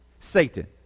Satan